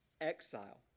exile